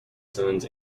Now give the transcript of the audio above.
sons